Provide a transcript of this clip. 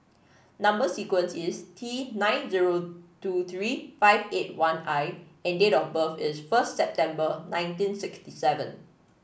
number sequence is T nine zero two three five eight one I and date of birth is first September nineteen sixty seven